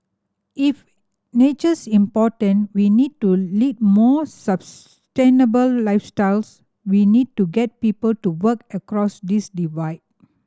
if nature's important we need to lead more lifestyles we need to get people to work across this divide